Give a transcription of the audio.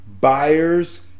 buyers